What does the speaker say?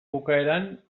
bukaeran